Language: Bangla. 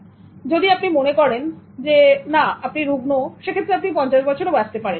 যদি আপনি মনে করেন না আপনি রুগ্ন সে ক্ষেত্রে আপনি 50 বছর পর্যন্ত বাঁচতে পারেন